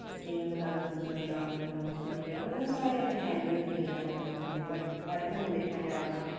spring दा मौसम होई गेआ आटम दा मौसम होई गेआ मतलब सारे अपने टाइम दे होंदे हे च'ऊं च'ऊं म्हीनें दे ब पर हून दिक्खेआ जा तां